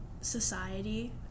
society